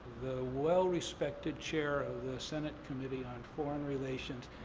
well-respected chair of the senate committee on foreign relations,